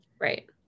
Right